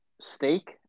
Steak